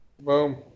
Boom